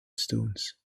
stones